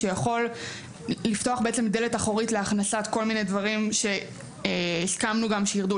שיכול לפתח בעצם דלת אחורית להכנסת כל מיני דברים שהסכמנו גם שירדו,